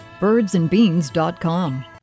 Birdsandbeans.com